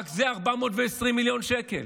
רק זה 420 מיליון שקל.